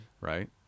Right